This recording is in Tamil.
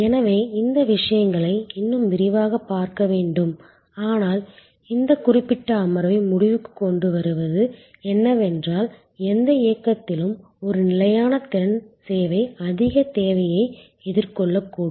எனவே இந்த விஷயங்களை இன்னும் விரிவாக பார்க்க வேண்டும் ஆனால் இந்த குறிப்பிட்ட அமர்வை முடிவுக்குக் கொண்டுவருவது என்னவென்றால் எந்த இயக்கத்திலும் ஒரு நிலையான திறன் சேவை அதிக தேவையை எதிர்கொள்ளக்கூடும்